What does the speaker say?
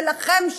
שלכם,